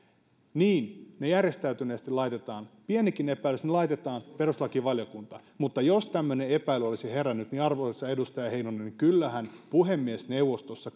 niin ne järjestäytyneesti laitetaan pienikin epäilys ne laitetaan perustuslakivaliokuntaan mutta jos tämmöinen epäily olisi herännyt arvoisa edustaja heinonen niin kyllähän puhemiesneuvostossa